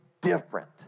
different